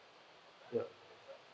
ya